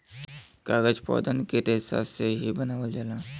कागज पौधन के रेसा से ही बनावल जाला